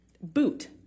boot